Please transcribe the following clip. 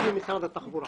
במשרד התחבורה.